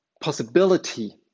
possibility